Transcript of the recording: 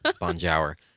Bonjour